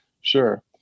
Sure